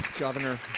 governor,